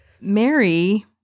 mary